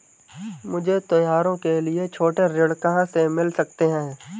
मुझे त्योहारों के लिए छोटे ऋृण कहां से मिल सकते हैं?